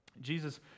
Jesus